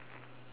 ya